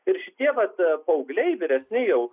ir šitie vat paaugliai vyresni jau